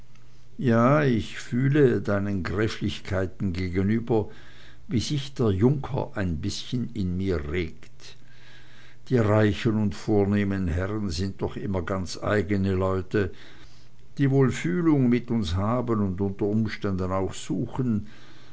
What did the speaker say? ja ich fühle deinen gräflichkeiten gegenüber wie sich der junker ein bißchen in mir regt die reichen und vornehmen herren sind doch immer ganz eigene leute die wohl fühlung mit uns haben unter umständen auch suchen